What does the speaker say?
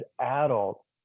adults